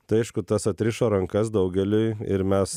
tai aišku tas atrišo rankas daugeliui ir mes